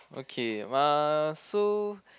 okay uh so